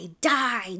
die